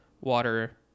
water